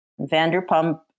vanderpump